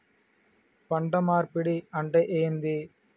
పంట మార్పిడి అంటే ఏంది?